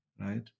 right